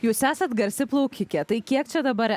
jūs esat garsi plaukikė tai kiek čia dabar